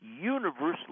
universally